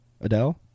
Adele